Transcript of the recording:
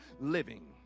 living